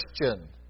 Christian